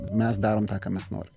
mes darom tą ką mes norim